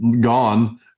gone